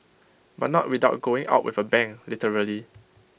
but not without going out with A bang literally